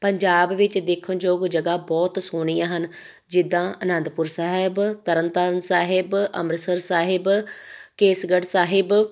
ਪੰਜਾਬ ਵਿੱਚ ਦੇਖਣ ਯੋਗ ਜਗ੍ਹਾ ਬਹੁਤ ਸੋਹਣੀਆਂ ਹਨ ਜਿੱਦਾਂ ਅਨੰਦਪੁਰ ਸਾਹਿਬ ਤਰਨ ਤਾਰਨ ਸਾਹਿਬ ਅੰਮ੍ਰਿਤਸਰ ਸਾਹਿਬ ਕੇਸਗੜ੍ਹ ਸਾਹਿਬ